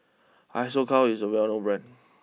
Isocal is a well known Brand